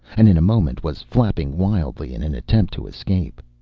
and in a moment was flapping wildly in an attempt to escape.